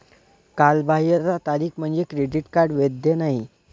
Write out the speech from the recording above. कालबाह्यता तारीख म्हणजे क्रेडिट कार्ड वैध नाही